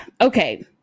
Okay